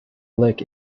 lick